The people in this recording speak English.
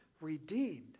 redeemed